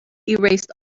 erased